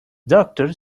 doctor